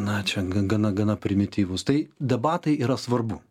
na čia gana gana primityvūs tai debatai yra svarbu